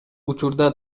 учурда